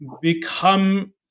become